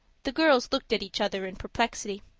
the girls looked at each other in perplexity.